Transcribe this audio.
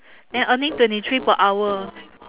then earning twenty three per hour